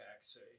say